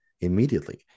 immediately